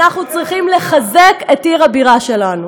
ואנחנו צריכים לחזק את עיר הבירה שלנו.